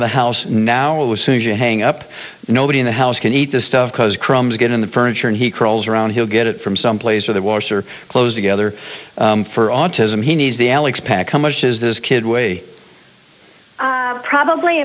of the house now it was seen as a hang up nobody in the house can eat this stuff because crumbs get in the furniture and he crawls around he'll get it from someplace where the washer close together for autism he needs the alex pack how much is this kid way probably